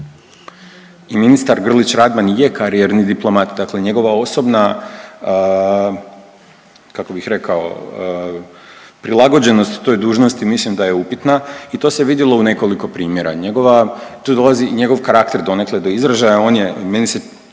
I ministar Grlić Radman je karijerni diplomat, dakle njegova osobna kako bih rekao prilagođenost toj dužnosti mislim da je upitna i to se vidjelo u nekoliko primjera. Tu dolazi i njegov karakter donekle do izražaja, on je